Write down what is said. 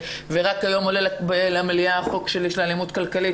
היום עולה למליאה החוק שלי של אלימות כלכלית,